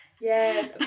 yes